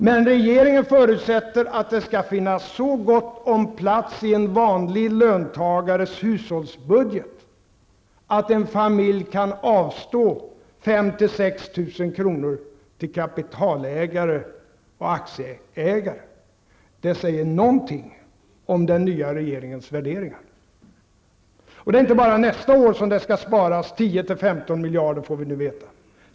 Men regeringen förutsätter att det finns så gott om plats i en vanlig löntagares hushållsbudget att en familj kan avstå från 5 000--6 000 kr. till kapitalägare och aktieägare. Det säger någonting om den nya regeringens värderingar. Och det är inte bara nästa år som det skall sparas 10--15 miljarder kronor, får vi nu veta.